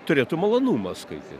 turėtų malonumą skaityt